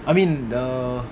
I mean the